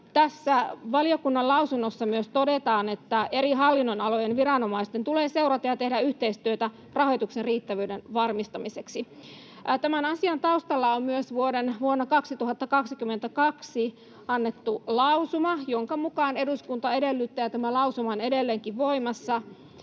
valiokunnan lausunnossa myös todetaan, että eri hallinnonalojen viranomaisten tulee seurata ja tehdä yhteistyötä rahoituksen riittävyyden varmistamiseksi. Tämän asian taustalla on myös vuonna 2022 annettu lausuma, jonka mukaan ”eduskunta edellyttää” — tämä lausuma on edelleenkin voimassa